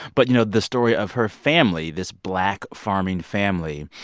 but, you know, the story of her family, this black farming family,